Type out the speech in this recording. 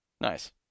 Nice